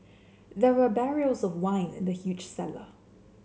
there were barrels of wine in the huge cellar